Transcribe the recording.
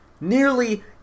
nearly